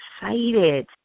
excited